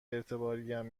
اعتباریم